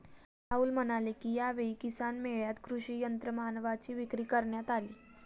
राहुल म्हणाले की, यावेळी किसान मेळ्यात कृषी यंत्रमानवांची विक्री करण्यात आली